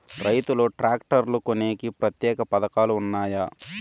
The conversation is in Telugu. రైతులు ట్రాక్టర్లు కొనేకి ప్రత్యేక పథకాలు ఉన్నాయా?